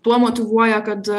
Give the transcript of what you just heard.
tuo motyvuoja kad